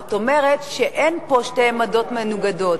זאת אומרת שאין פה שתי עמדות מנוגדות.